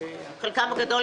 לגבי קיומו.